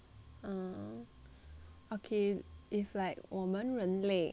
okay if like 我们人类